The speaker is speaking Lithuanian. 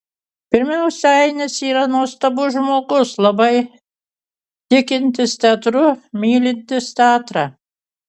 pirmiausia ainis yra nuostabus žmogus labai tikintis teatru mylintis teatrą